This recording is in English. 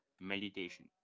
meditation